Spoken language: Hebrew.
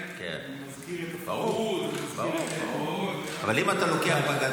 --- מזכיר את הפרהוד --- אבל אם אתה לוקח בגדול.